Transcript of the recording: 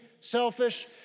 selfish